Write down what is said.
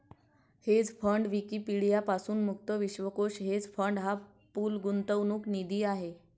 hedge fund Wikipedia पासून मुक्त विश्वकोश हेज फंड हा पूल गुंतवणूक निधी आहे